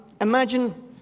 Imagine